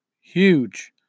Huge